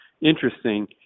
interesting